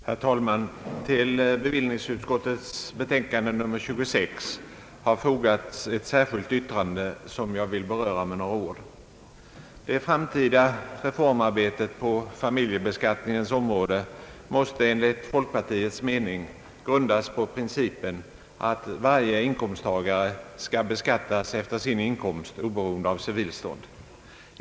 Herr talman! Till bevillningsutskottets betänkande nr 26 har fogats ett särskilt yttrande som jag vill beröra med några ord. jebeskattningens område måste enligt folkpartiets mening grundas på principen att varje inkomsttagare skall beskattas efter sin inkomst oberoende av civilstånd.